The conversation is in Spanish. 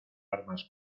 armas